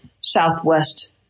southwest